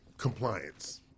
Compliance